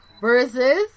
Versus